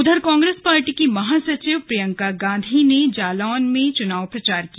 उधर कांग्रेस पार्टी की महासचिव प्रियंका गांधी ने जालौन में चुनाव प्रचार किया